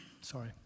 sorry